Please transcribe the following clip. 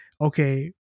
okay